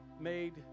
made